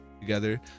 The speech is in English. together